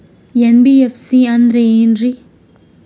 NBFC ಅಂದ್ರ ಏನ್ರೀ?